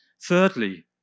Thirdly